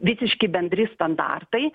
visiški bendri standartai